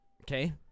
Okay